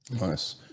nice